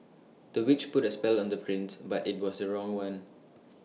the witch put A spell on the prince but IT was the wrong one